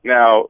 Now